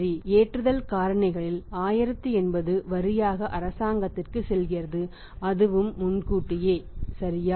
loading factor களில் 1080 வரியாக அரசாங்கத்திற்கு செல்கிறது அதுவும் முன்கூட்டியே சரியா